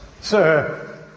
Sir